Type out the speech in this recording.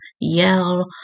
yell